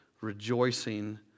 rejoicing